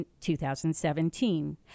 2017